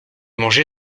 mangé